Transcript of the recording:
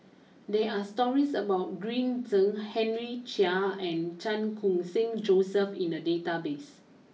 there are stories about Green Zeng Henry Chia and Chan Khun sing Joseph in the database